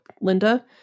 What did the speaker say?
Linda